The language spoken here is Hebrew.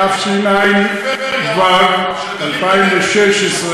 התשע"ו 2016,